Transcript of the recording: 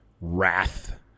wrath